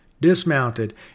dismounted